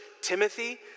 Timothy